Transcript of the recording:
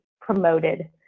promoted